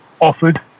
offered